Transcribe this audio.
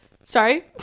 Sorry